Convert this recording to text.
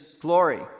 glory